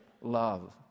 love